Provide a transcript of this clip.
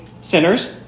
sinners